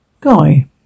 guy